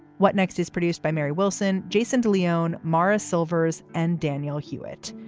what next is produced by mary wilson. jason de leon morris silvers and daniel hewitt.